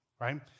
right